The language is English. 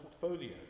portfolio